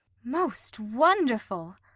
most wonderful!